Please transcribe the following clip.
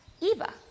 Eva